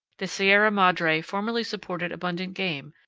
the sierra madre formerly supported abundant game,